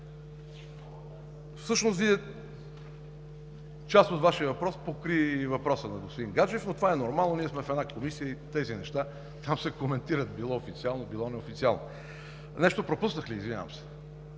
подход. Част от Вашия въпрос покри и въпроса на господин Гаджев, но това е нормално, ние сме в една комисия и тези неща там се коментират – било официално, било неофициално. Нещо пропуснах ли, извинявам се?